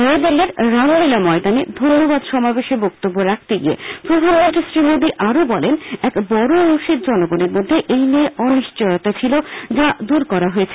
নয়াদিল্লির রামলীলা ময়দানে ধন্যবাদ সমাবেশে বক্তব্য রাখতে গিয়ে প্রধানমন্ত্রী শ্রীমোদী আরো বলেন এক বড অংশের জনগণের মধ্যে এই নিয়ে অনিশ্চয়তা ছিল যা দূর করা হয়েছে